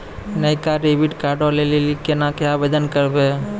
नयका डेबिट कार्डो लै लेली केना के आवेदन करबै?